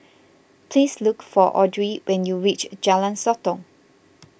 please look for Audrey when you reach Jalan Sotong